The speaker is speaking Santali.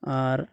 ᱟᱨ